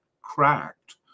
cracked